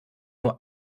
nur